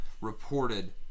reported